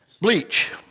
Bleach